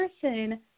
person